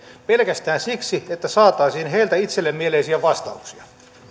pelkästään siksi että saataisiin heiltä itselle mieleisiä vastauksia